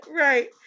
right